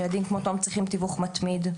ילדים כאלה צריכים תיווך מתמיד.